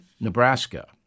Nebraska